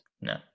No